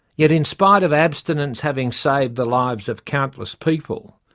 yet in spite of abstinence having saved the lives of countless people,